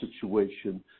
situation